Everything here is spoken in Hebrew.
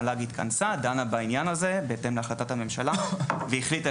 המל"ג התכנסה ודנה בעניין הזה להחלטת הממשלה והחליטה